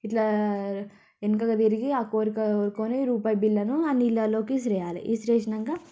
ఇట్లా వెనకకి తిరిగీ ఆ కోరిక కోరుకొని రూపాయి బిళ్ళనూ ఆ నీళ్ళలోకి విసిరేయలి విసిరేసాక